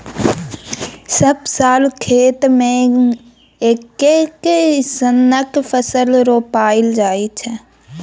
सब साल खेत मे एक्के सनक फसल रोपल जाइ छै